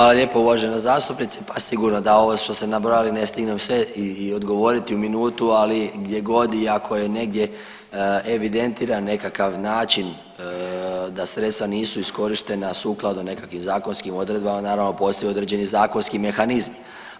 Hvala lijepo uvažena zastupnice, pa sigurno da ovo što ste nabrojali ne stignem sve i odgovoriti u minutu, ali gdje god i ako je negdje evidentiran nekakav način da sredstva nisu iskorištena sukladno nekakvim zakonskim odredbama naravno postoje određeni zakonski mehanizmi.